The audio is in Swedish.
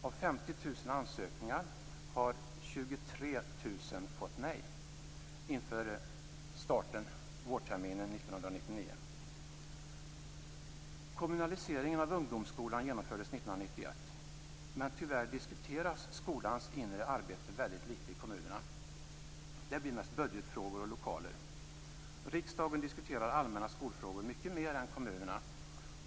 Av 50 000 ansökningar har 23 000 fått nej inför starten av vårterminen 1999. Kommunaliseringen av ungdomsskolan genomfördes år 1991. Tyvärr diskuteras skolans inre arbete väldigt lite ute i kommunerna. Det är mest budgetfrågor och frågor om lokaler. Riksdagen diskuterar allmänna skolfrågor mycket mer än i kommunerna.